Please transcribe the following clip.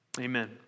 Amen